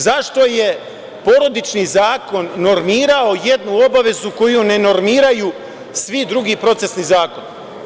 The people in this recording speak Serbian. Zašto je Porodični zakon normirao jednu obavezu koju ne normiraju svi drugi procesni zakon?